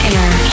Air